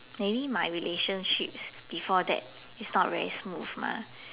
maybe my relationships before that is not very smooth mah